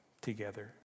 together